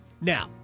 Now